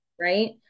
Right